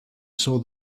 saw